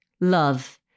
Love